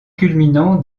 culminant